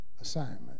assignment